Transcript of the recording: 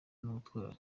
n’ubutwari